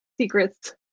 secrets